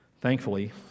Thankfully